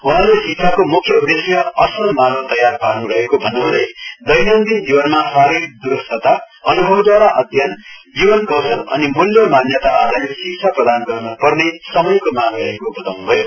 वहाँले शिक्षाको मुख्य उद्देश्य असल मानव तयार पार्नु रहेको भन्नु हुँदै दैनन्दिन जीवनमा शारीरिक दूरूस्तता अनुभवद्वारा अध्ययन जीवन कौशल अनि मूल्य मान्यता आधारित शिक्षा प्रदान गर्न पर्ने समयको मार गरेको बताउन् भयो